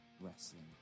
wrestling